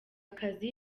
kazi